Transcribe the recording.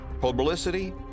Publicity